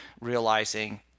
realizing